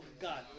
god